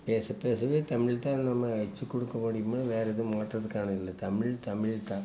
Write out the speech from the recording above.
பேச பேசவே தமிழ் தான் நம்ம எச்சு கொடுக்க முடியுமின வேறு எதுவும் மாற்றத்துக்கானது இல்லை தமிழ் தமிழ் தான்